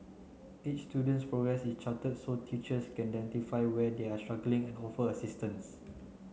each student's progress is charted so teachers can where they are struggling and offer assistance